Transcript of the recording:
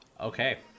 Okay